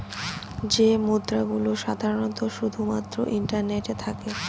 এই মুদ্রা গুলো সাধারনত শুধু মাত্র ইন্টারনেটে থাকে